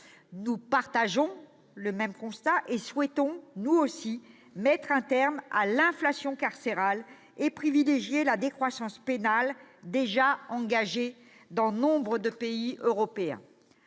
Nous partageons ce constat et souhaitons nous aussi mettre un terme à l'inflation carcérale, en privilégiant la décroissance pénale déjà engagée dans nombre d'autres pays européens.